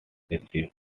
received